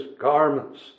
garments